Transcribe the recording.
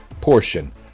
portion